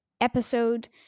episode